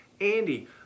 Andy